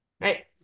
Right